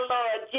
Lord